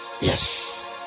yes